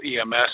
EMS